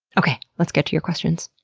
okay, let's get to your questions.